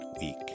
week